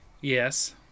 yes